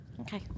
Okay